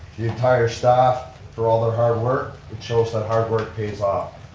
the entire staff for all their hard work. it shows that hard work pays off.